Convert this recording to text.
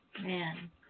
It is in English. Man